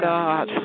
God